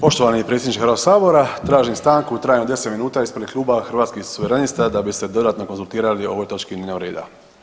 Poštovani predsjedniče HS tražim stanku u trajanju od 10 minuta ispred Kluba Hrvatskih suverenista da bi se dodatno konzultirali o ovoj točki dnevnog reda.